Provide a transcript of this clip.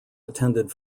attended